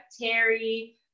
Terry